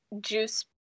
juice